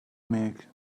make